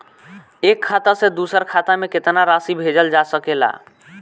एक खाता से दूसर खाता में केतना राशि भेजल जा सके ला?